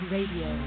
Radio